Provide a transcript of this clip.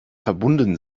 verbunden